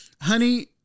Honey